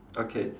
okay